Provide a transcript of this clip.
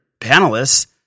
panelists